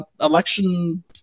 election